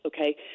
okay